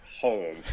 home